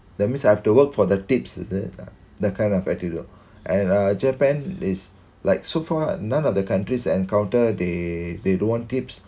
that means I have to work for the tips is it that kind of attitude and uh japan is like so far none of the countries I encountered they they don't want tips